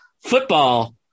football